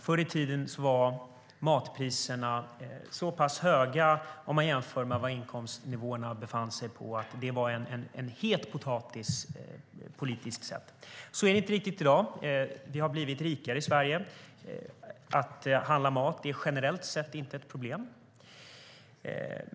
Förr i tiden var matpriserna så pass höga jämfört med inkomstnivåerna att de var en het potatis politiskt sett. Så är det inte riktigt i dag. Vi har blivit rikare i Sverige. Att handla mat är generellt sett inte något problem.